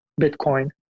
Bitcoin